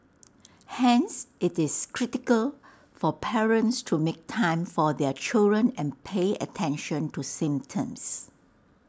hence IT is critical for parents to make time for their children and pay attention to symptoms